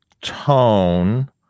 tone